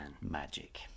magic